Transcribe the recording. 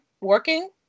working